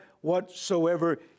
whatsoever